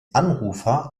anrufer